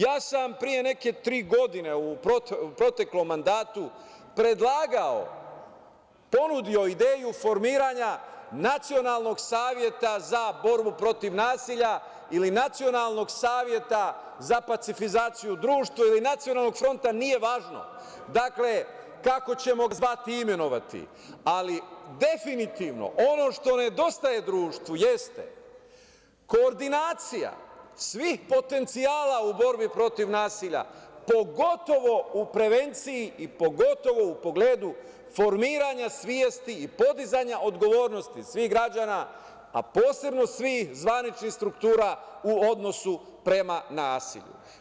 Ja sam pre neke tri godine u proteklom mandatu predlagao, ponudio ideju formiranja nacionalnog saveta za borbu protiv nasilja ili nacionalnog saveta za pacifizaciju društva ili nacionalnog fronta, nije važno kako ćemo ga zvati i imenovati, ali definitivno ono što nedostaje društvu jeste koordinacija svih potencijala u borbi protiv nasilja, pogotovo u prevenciji i pogotovu u pogledu formiranja svesti i podizanja odgovornosti svih građana, a posebno svih zvaničnih struktura u odnosu prema nasilju.